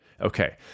Okay